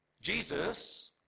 Jesus